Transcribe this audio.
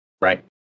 Right